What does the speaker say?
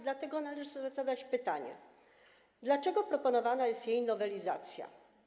Dlatego należy zadać pytanie, dlaczego proponowana jest jej nowelizacja.